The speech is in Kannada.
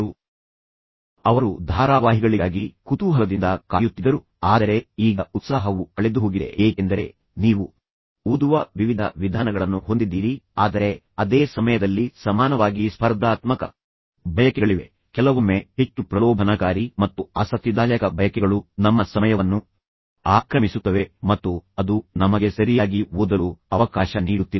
ಆದ್ದರಿಂದ ಅವರು ಧಾರಾವಾಹಿಗಳಿಗಾಗಿ ಕುತೂಹಲದಿಂದ ಕಾಯುತ್ತಿದ್ದರು ಆದರೆ ಈಗ ಉತ್ಸಾಹವು ಕಳೆದುಹೋಗಿದೆ ಏಕೆಂದರೆ ನೀವು ಓದುವ ವಿವಿಧ ವಿಧಾನಗಳನ್ನು ಹೊಂದಿದ್ದೀರಿ ಆದರೆ ಅದೇ ಸಮಯದಲ್ಲಿ ಸಮಾನವಾಗಿ ಸ್ಪರ್ಧಾತ್ಮಕ ಬಯಕೆಗಳಿವೆ ಕೆಲವೊಮ್ಮೆ ಹೆಚ್ಚು ಪ್ರಲೋಭನಕಾರಿ ಮತ್ತು ಆಸಕ್ತಿದಾಯಕ ಬಯಕೆಗಳು ನಮ್ಮ ಸಮಯವನ್ನು ಆಕ್ರಮಿಸುತ್ತವೆ ಮತ್ತು ನಂತರ ಮಾನಸಿಕ ಸ್ಥಳವನ್ನು ಆಕ್ರಮಿಸುತ್ತವೆ ಮತ್ತು ಅದು ನಮಗೆ ಸರಿಯಾಗಿ ಓದಲು ಅವಕಾಶ ನೀಡುತ್ತಿಲ್ಲ